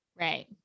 Right